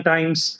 Times